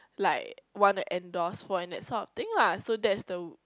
like wanna endorse for and that sort of thing lah so that's the